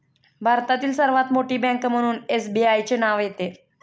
भारतातील सर्वात मोठी बँक म्हणून एसबीआयचे नाव येते